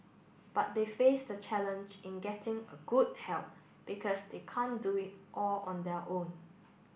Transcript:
but they face the challenge in getting a good help because they can't do it all on their own